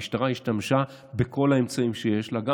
המשטרה השתמשה בכל האמצעים שיש לה גם